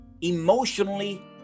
emotionally